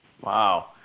Wow